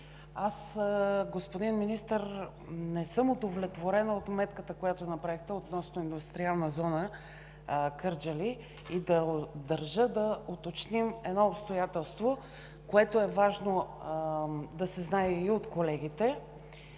Господин Министър, аз не съм удовлетворена от отметката, която направихте относно Индустриална зона Кърджали. Държа да уточним едно обстоятелство, което е важно да се знае и от колегите,